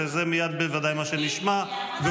וזה בוודאי מה שנשמע מייד,